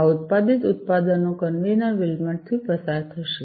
આ ઉત્પાદિત ઉત્પાદનો કન્વેયર બેલ્ટમાંથી પસાર થશે